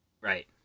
Right